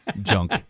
junk